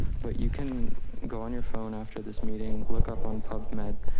but you can go on your phone. after this meeting look up on pub med.